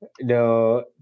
no